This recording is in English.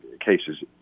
cases